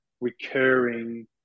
recurring